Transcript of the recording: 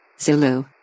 Zulu